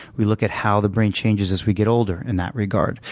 we look at how the brain changes as we get older in that regard.